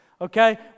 Okay